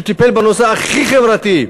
טיפל בנושא הכי חברתי,